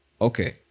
Okay